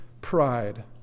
pride